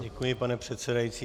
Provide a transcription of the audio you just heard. Děkuji, pane předsedající.